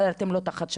אבל אתם לא תחת שב"ס,